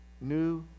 new